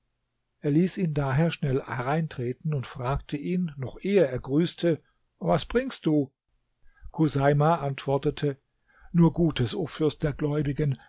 er ließ ihn daher schnell hereintreten und fragte ihn noch ehe er grüßte was bringst du chuseima antwortete nur gutes o fürst der gläubigen